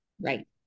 Right